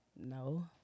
No